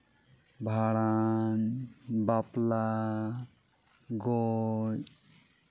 ᱵᱷᱟᱸᱰᱟᱱ ᱵᱟᱯᱞᱟ ᱜᱚᱡ